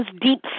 deep